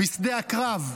בשדה הקרב.